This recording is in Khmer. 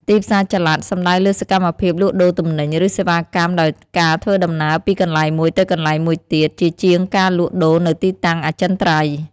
ទីផ្សារចល័ត សំដៅលើសកម្មភាពលក់ដូរទំនិញ ឬសេវាកម្មដោយការធ្វើដំណើរពីកន្លែងមួយទៅកន្លែងមួយទៀត ជាជាងការលក់ដូរនៅទីតាំងអចិន្ត្រៃយ៍។